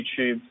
YouTube